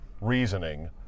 reasoning